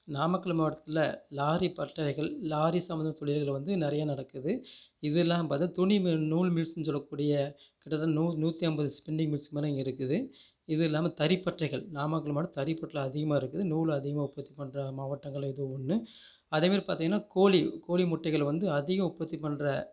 நாமக்கல் மாவட்டத்தில் லாரி பட்டறைகள் லாரி சம்மந்த தொழில்கள் வந்து நிறையா நடக்குது இது இல்லாமல் பார்த்தா துணி மில் நூல் மில்ஸுன் சொல்லக்கூடிய கிட்டத்தட்ட நூ நூற்றி ஐம்பது ஸ்பெண்டிங் மில்ஸ்க்கு மேல இங்கே இருக்குது இது இல்லாமல் தரிப்பற்றைகள் நாமக்கல் மாவட்டத்தில் தரிப்பற்ல அதிகமாக இருக்குது நூல் அதிகமாக உற்பத்தி பண்ணுற மாவட்டங்களில் இதுவும் ஒன்று அதே மாரி பார்த்தீங்கன்னா கோழி கோழி முட்டைகள் வந்து அதிக உற்பத்தி பண்ணுற